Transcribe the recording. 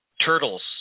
turtles